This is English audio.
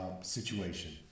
situation